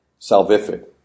Salvific